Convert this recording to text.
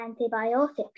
antibiotics